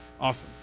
Awesome